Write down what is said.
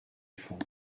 fond